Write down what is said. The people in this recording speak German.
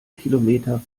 kilometer